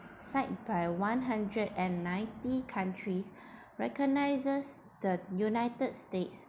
signed by one hundred and ninety countries recognises the united states